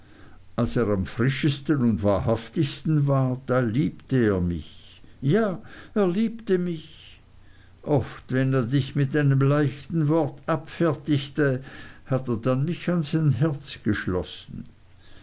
als er am frischesten und wahrhaftigsten war da liebte er mich ja er liebte mich oft wenn er dich mit einem leichten wort abfertigte hat er dann mich an sein herz geschlossen